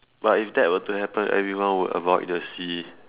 but if that were to happen everyone would avoid the sea